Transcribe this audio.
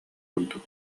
курдук